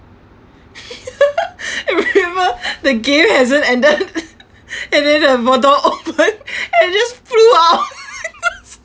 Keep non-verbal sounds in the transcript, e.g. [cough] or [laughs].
[laughs] you remember the game hasn't ended and then the door opened and just flew out [laughs]